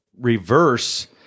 reverse